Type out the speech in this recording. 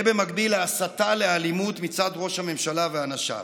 ובמקביל, להסתה לאלימות מצד ראש הממשלה ואנשיו,